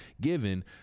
given